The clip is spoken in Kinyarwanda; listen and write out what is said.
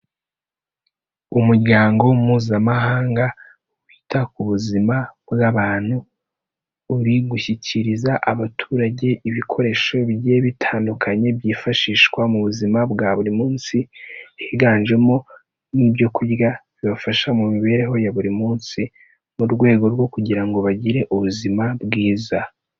Umuryango Mpuzamahanga wita ku buzima bw'abantu, uri gushyikiriza abaturage ibikoresho bigiye bitandukanye byifashishwa mu buzima bwa buri munsi, higanjemo nk'ibyo kurya bibafasha mu mibereho ya buri munsi, mu rwego rwo kugira ngo bagire ubuzima bwiza.